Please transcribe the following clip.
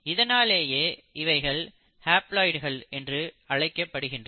இதனாலேயே இவைகள் ஹேப்லாய்டுகள் என்று அழைக்கப்படுகின்றன